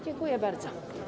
Dziękuję bardzo.